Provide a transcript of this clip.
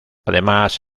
además